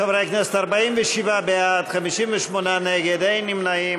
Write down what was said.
חברי הכנסת, 47 בעד, 58 נגד, אין נמנעים.